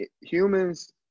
Humans